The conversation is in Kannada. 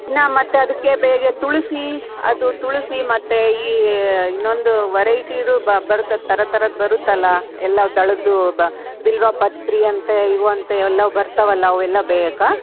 ಇನ್ನು ಮತ್ತು ಅದಕ್ಕೆ ಬೇರೆ ತುಳಸಿ ಅದು ತುಳಸಿ ಮತ್ತು ಈ ಇನ್ನೊಂದು ವರೈಟಿದು ಬರುತ್ತೆ ಅದು ಥರ ಥರದ್ದು ಬರುತ್ತಲ್ಲ ಎಲ್ಲ ದಳದ್ದು ಬಿಲ್ವ ಪತ್ರೆ ಅಂತೆ ಇವು ಅಂತೆ ಎಲ್ಲವೂ ಬರ್ತಾವೆ ಅಲ್ಲ ಅವೆಲ್ಲ ಬೇಕಾ